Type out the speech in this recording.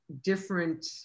different